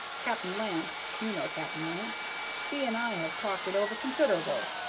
cap'n lant you know cap'n lant he and i have talked it over consider'ble,